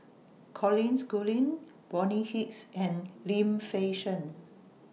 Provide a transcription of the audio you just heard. Colin Schooling Bonny Hicks and Lim Fei Shen